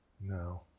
no